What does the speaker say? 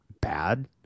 bad